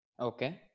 Okay